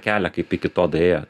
kelią kaip iki to daėjo